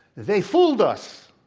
they fooled us.